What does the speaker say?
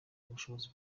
ubushobozi